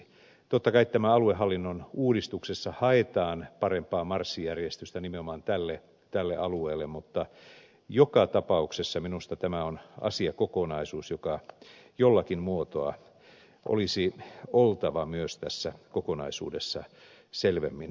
totta kai tässä aluehallinnon uudistuksessa haetaan parempaa marssijärjestystä nimenomaan tälle alueelle mutta joka tapauksessa minusta tämä on asiakokonaisuus jonka jollakin muotoa olisi oltava myös tässä kokonaisuudessa selvemmin matkassa